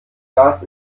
das